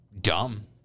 dumb